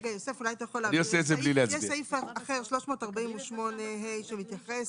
יוסף, יש סעיף אחר, 348(ה) שמתייחס